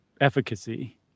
efficacy